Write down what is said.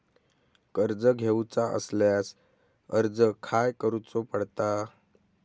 कर्ज घेऊचा असल्यास अर्ज खाय करूचो पडता?